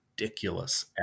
ridiculous